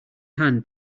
hands